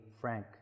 Frank